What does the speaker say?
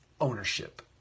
ownership